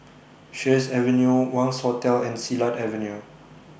Sheares Avenue Wangz Hotel and Silat Avenue